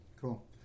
Cool